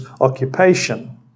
occupation